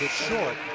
short.